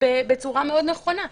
בצורה מאוד נכונה,